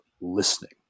listening